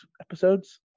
episodes